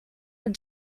will